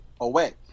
away